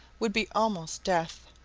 would be almost death.